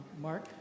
Mark